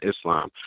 Islam